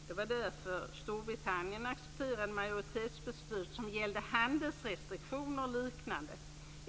Det var därför Storbritannien accepterade majoritetsbeslut som gällde handelsrestriktioner och liknande.